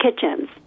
kitchens